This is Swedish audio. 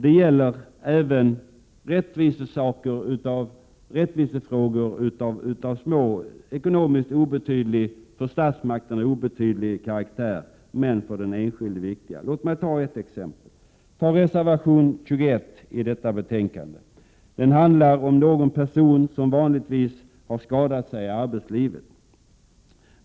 Det gäller även rättvisefrågor som för statsmakten är av ekonomiskt obetydlig karaktär, men som för den enskilde är viktiga. Låt mig ta ett exempel. Reservation 21 i detta betänkande handlar om personer som vanligtvis har skadat sig i arbetslivet.